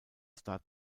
star